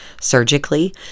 surgically